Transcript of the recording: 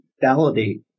validate